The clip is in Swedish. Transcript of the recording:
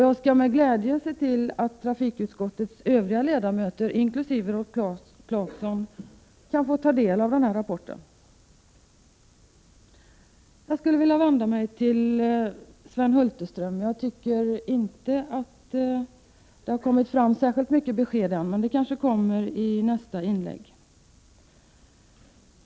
Jag skall med glädje se till att trafikutskottets övriga ledamöter inkl. Rolf Clarkson kan få ta del av rapporten. Jag skulle vilja vända mig till Sven Hulterström, som inte har givit något besked ännu — det kanske kommer i nästa inlägg.